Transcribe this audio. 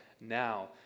now